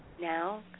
Now